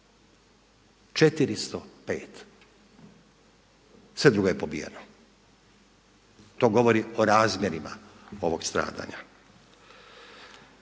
Roma, sve drugo je pobijeno. To govori o razmjerima ovog stradanja.